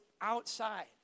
outside